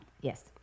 Yes